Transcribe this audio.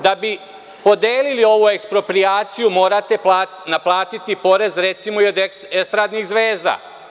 Da bi podelili ovu eksproprijaciju morate naplati porez i od estradnih zvezda.